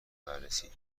بررسی